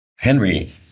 Henry